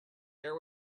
air